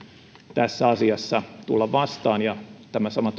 tässä asiassa tulla vastaan ja tämä sama